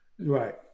Right